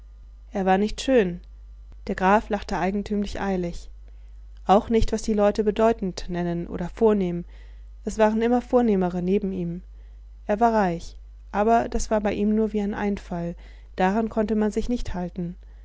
er war nicht schön der graf lachte eigentümlich eilig auch nicht was die leute bedeutend nennen oder vornehm es waren immer vornehmere neben ihm er war reich aber das war bei ihm nur wie ein einfall daran konnte man sich nicht halten